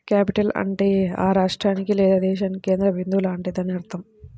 capital అంటే ఆ రాష్ట్రానికి లేదా దేశానికి కేంద్ర బిందువు లాంటిదని అర్థం